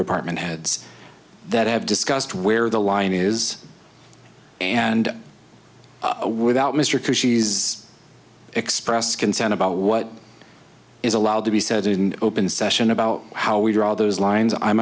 department heads that have discussed where the line is and without mr coo she's expressed concern about what is allowed to be said in open session about how we draw those lines i'm